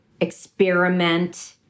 experiment